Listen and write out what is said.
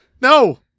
No